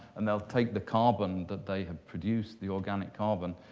and they'll take the carbon that they have produced, the organic carbon,